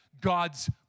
God's